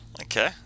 Okay